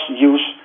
use